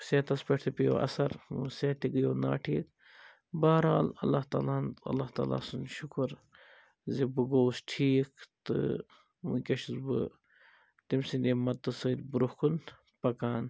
صحتَس پٮ۪ٹھ تہِ پیٚیو اَثر صحت تہِ گٔیو نا ٹھیٖک بہرحال اللہ تعالٰہَن اللہ تعالی سُنٛد شکر زِ بہٕ گوٚوُس ٹھیٖک تہٕ وُنکیٚس چھُس بہٕ تٔمۍ سٕنٛدیٚے مَدتہٕ سۭتۍ برٛونٛہہ کُن پَکان